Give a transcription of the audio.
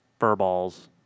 furballs